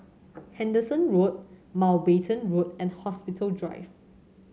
Henderson Road Mountbatten Road and Hospital Drive